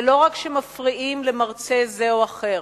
זה לא רק שמפריעים למרצה זה או אחר.